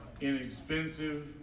inexpensive